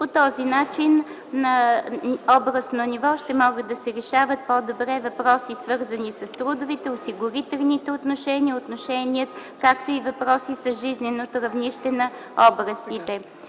По този начин на областно ниво ще могат да се решават по-добре въпроси, свързани с трудовите, осигурителните отношения, както и въпроси с жизненото равнище на областите.